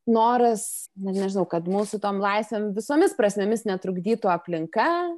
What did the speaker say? noras net nežinau kad mūsų tom laisėm visomis prasmėmis netrukdytų aplinka